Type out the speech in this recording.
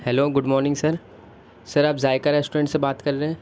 hello good morning sir sir آپ Zaiqa restaurant سے بات کر رہے ہیں